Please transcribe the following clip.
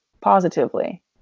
positively